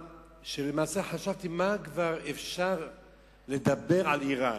למעשה, חשבתי, מה כבר אפשר לדבר על אירן?